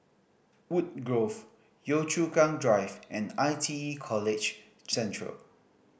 Woodgrove Yio Chu Kang Drive and I T E College Central